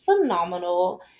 phenomenal